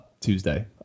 Tuesday